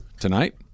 tonight